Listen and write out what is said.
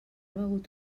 begut